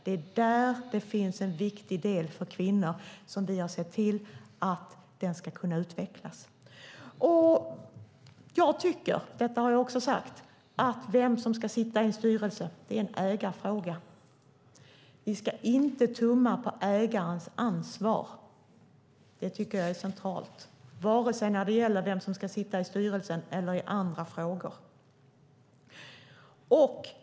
Det är där det finns en viktig del för kvinnor, och vi har sett till att den ska kunna utvecklas. Jag tycker - det har jag också sagt - att det är en ägarfråga att avgöra vem som ska sitta i en styrelse. Vi ska inte tumma på ägarens ansvar. Det tycker jag är centralt. Det gäller både vem som ska sitta i styrelsen och andra frågor.